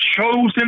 chosen